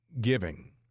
giving